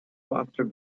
faster